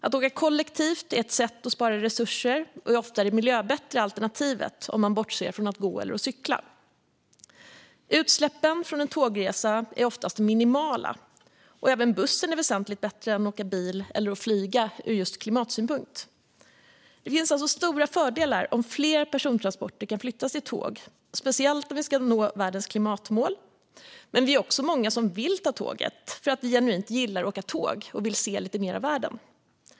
Att åka kollektivt är ett sätt att spara resurser och är ofta det miljöbättre alternativet om man bortser från att gå eller cykla. Utsläppen från en tågresa är oftast minimala, och även bussen är ur klimatsynpunkt väsentligt bättre än att åka bil eller flyga. Det finns alltså stora fördelar om fler persontransporter kan flyttas till tåg, speciellt om vi ska nå världens klimatmål. Men vi är också många som vill ta tåget för att vi genuint gillar att åka tåg och vill se lite mer av världen.